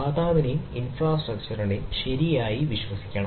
ദാതാവിനെയും ഇൻഫ്രാസ്ട്രക്ചറിനെയും ശരിയായി വിശ്വസിക്കണം